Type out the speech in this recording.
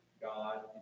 God